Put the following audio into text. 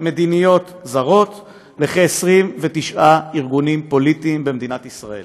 מדיניות זרות לכ-29 ארגונים פוליטיים במדינת ישראל.